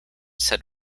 said